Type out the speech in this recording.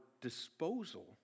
disposal